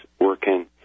working